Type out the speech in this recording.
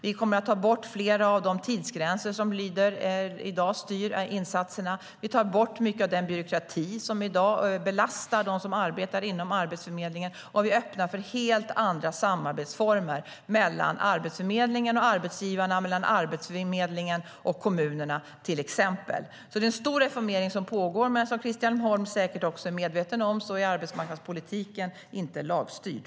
Vi kommer att ta bort flera av de tidsgränser som i dag styr insatserna. Vi tar bort mycket av den byråkrati som i dag belastar dem som arbetar inom Arbetsförmedlingen. Vi öppnar för helt andra samarbetsformer mellan Arbetsförmedlingen och arbetsgivarna och mellan Arbetsförmedlingen och kommunerna, till exempel. Det är en stor reformering som pågår. Men som Christian Holm säkert är medveten om är arbetsmarknadspolitiken inte lagstyrd.